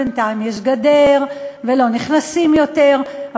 בינתיים יש גדר ולא נכנסים יותר,